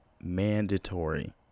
mandatory